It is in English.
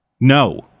No